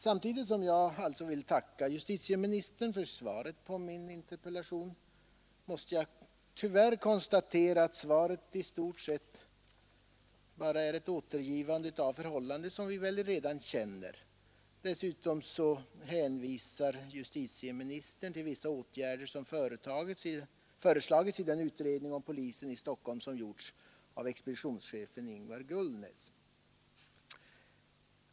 Samtidigt som jag vill tacka justitieministern för svaret på min interpellation måste jag tyvärr konstatera att svaret i stort sett bara är ett återgivande av förhållanden som vi väl redan känner. Dessutom hänvisar justitieministern till vissa åtgärder som föreslagits i den utredning om polisen i Stockholm som gjorts av expeditionschefen Ingvar Gullnäs.